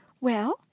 Well